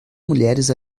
mulheres